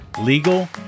legal